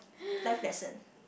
life lesson